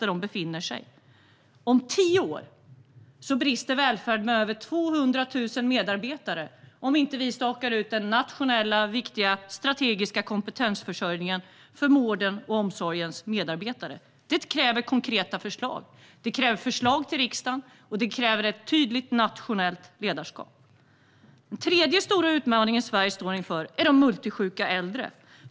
Om tio år kommer det att finnas en brist på över 200 000 medarbetare i välfärden om vi inte stakar ut den nationella, viktiga och strategiska planen för kompetensförsörjningen av vårdens och omsorgens medarbetare. Det kräver konkreta förslag. Det kräver förslag till riksdagen. Och det kräver ett tydligt nationellt ledarskap. Den tredje stora utmaningen som Sverige står inför är de multisjuka äldre.